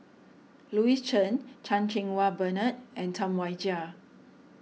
Louis Chen Chan Cheng Wah Bernard and Tam Wai Jia